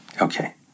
Okay